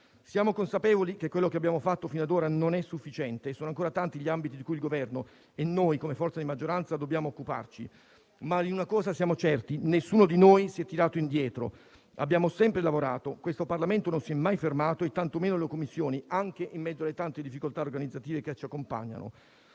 Siamo consapevoli che quello che abbiamo fatto fino ad ora non è sufficiente: sono ancora tanti gli ambiti di cui il Governo e noi come forze di maggioranza dobbiamo occuparci. Ma di una cosa siamo certi: nessuno di noi si è tirato indietro; abbiamo sempre lavorato; questo Parlamento non si è mai fermato e tantomeno le Commissioni, anche in mezzo alle tante difficoltà organizzative che ci accompagnano.